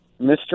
Mr